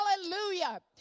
Hallelujah